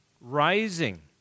rising